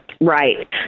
right